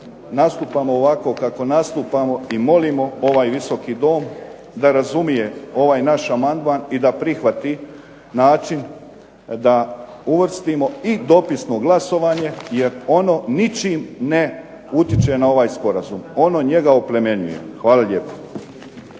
nastupamo ovako kako nastupamo i molimo ovaj Visoki dom da razumije ovaj naš amandman i da prihvati način da uvrstimo i dopisno glasovanje jer ono ničim ne utječe na ovaj sporazum, ono njega oplemenjuje. Hvala lijepo.